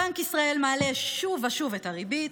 בנק ישראל מעלה שוב ושוב את הריבית,